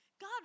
God